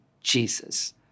Jesus